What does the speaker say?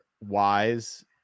wise